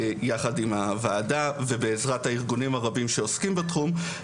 יחד עם הוועדה ובעזרת הארגונים הרבים שעוסקים בתחום,